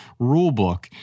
rulebook